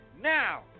now